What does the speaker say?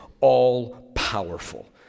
all-powerful